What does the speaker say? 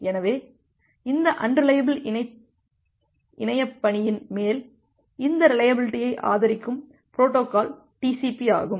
எனவே இந்த அன்ரிலையபில் இணையப்பணியின் மேல் இந்த ரிலையபிலிட்டியை ஆதரிக்கும் பொரோட்டோகால் TCP ஆகும்